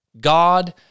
God